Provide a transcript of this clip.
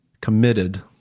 committed